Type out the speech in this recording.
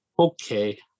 Okay